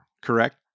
correct